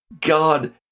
God